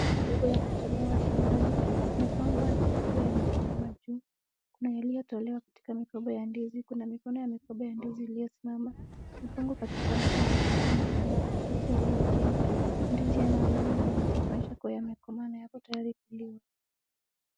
Matunda yaliyotolewa shambani yamepangwa ikiwa yamesimama juu. Kuna yaliyotolewa katika mikoba ya ndizi, kuna mikono ya mikoba ya ndizi iliyosimama. Imepangwa katika mchanga fulani na kuna makaratasi yaliyo chini. Ndizi ina alama nyeusi kuonyesha kuwa imekomaa na iko tayari kuliwa.